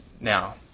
Now